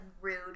rude